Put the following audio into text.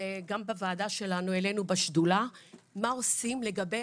גם בוועדה שלנו בשדולה העלינו, מה עושים לגבי